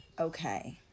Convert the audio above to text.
okay